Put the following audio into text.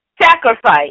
Sacrifice